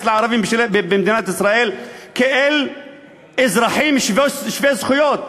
לערבים במדינת ישראל כאל אזרחים שווי זכויות,